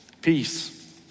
Peace